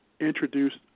introduced